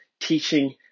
teaching